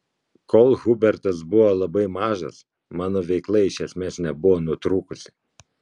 kol hubertas buvo labai mažas mano veikla iš esmės nebuvo nutrūkusi